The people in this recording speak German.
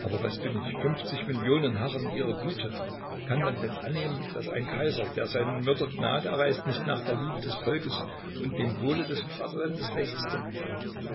aber was bin ich fünfzig millionen harren ihrer güte kann man denn annehmen daß ein kaiser der seinen mördern gnade erweist nicht nach der liebe des volkes und dem wohle des vaterlandes lechzte